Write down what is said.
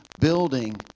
building